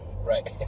right